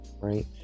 right